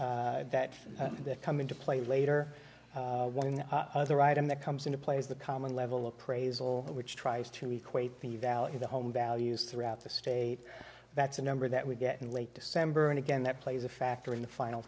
factors that come into play later one other item that comes into play is the common level appraisal which tries to equate the value the home values throughout the state that's a number that we get in late december and again that plays a factor in the final